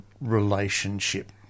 relationship